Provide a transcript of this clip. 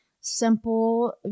simple